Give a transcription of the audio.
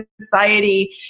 Society